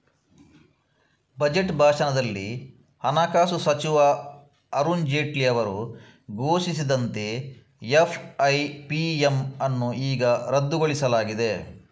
budget ಭಾಷಣದಲ್ಲಿ ಹಣಕಾಸು ಸಚಿವ ಅರುಣ್ ಜೇಟ್ಲಿ ಅವರು ಘೋಷಿಸಿದಂತೆ ಎಫ್.ಐ.ಪಿ.ಎಮ್ ಅನ್ನು ಈಗ ರದ್ದುಗೊಳಿಸಲಾಗಿದೆ